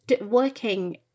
working